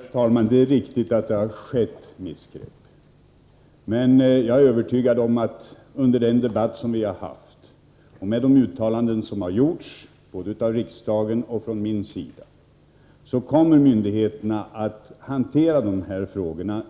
Herr talman! Det är riktigt att missgrepp har skett. Men jag är övertygad om att myndigheterna efter den debatt som vi har haft och med de uttalanden som har gjorts både av riksdagen och av mig nu kommer att hantera dessa frågor